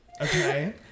Okay